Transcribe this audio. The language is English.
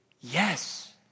Yes